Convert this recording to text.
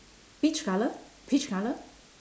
peach colour peach colour